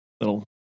Little